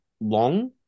long